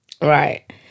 right